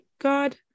God